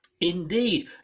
Indeed